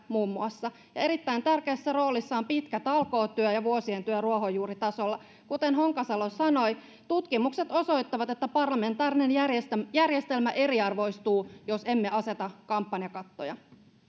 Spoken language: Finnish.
muun muassa ja erittäin tärkeässä roolissa on pitkä talkootyö ja ja vuosien työ ruohonjuuritasolla kuten honkasalo sanoi tutkimukset osoittavat että parlamentaarinen järjestelmä järjestelmä eriarvoistuu jos emme aseta kampanjakattoja no